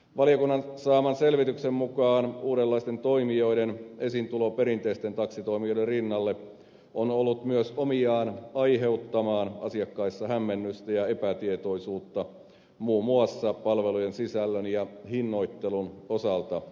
valiokunnan saaman selvityksen mukaan uudenlaisten toimijoiden esiintulo perinteisten taksitoimijoiden rinnalle on ollut myös omiaan aiheuttamaan asiakkaissa hämmennystä ja epätietoisuutta muun muassa palvelujen sisällön ja hinnoittelun osalta